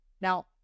Now